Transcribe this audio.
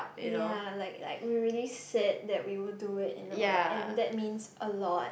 ya like like we already said that we would do it you know and that means a lot